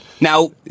Now